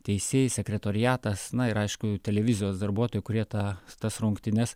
teisėjai sekretoriatas na ir aišku televizijos darbuotojai kurie tą tas rungtynes